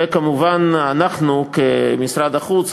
וכמובן אנחנו במשרד החוץ,